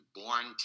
born